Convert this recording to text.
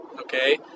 okay